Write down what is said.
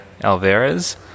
Alvarez